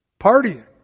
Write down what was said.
partying